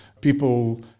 people